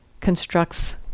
constructs